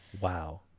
Wow